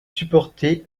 supporter